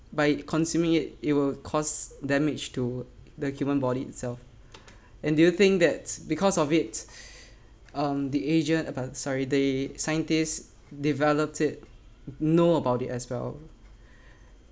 by consuming it it will cause damage to the human body itself and do you think that's because of it um the agent abou~ sorry scientists developed it know about it as well